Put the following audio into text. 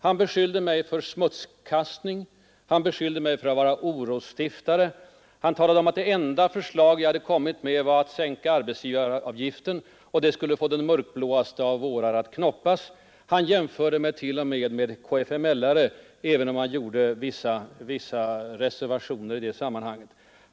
Han beskyllde mig för smutskastning, han beskyllde mig för att vara orosstiftare, han talade om att det enda förslag jag hade lagt fram var att sänka arbetsgivaravgiften, och det skulle få den mörkblåaste av vårar att knoppas; han jämförde mig t.o.m. med kfml:are, även om han gjorde vissa reservationer i det sammanhanget.